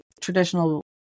traditional